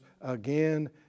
again